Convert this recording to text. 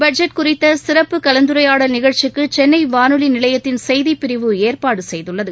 budget குறித்த சிறப்பு கலந்துரையாடல் நிகழ்ச்சிக்கு சென்னை வானொலி நிலையத்தின் செய்திப்பிரிவு ஏற்பாடு செய்துள்ளது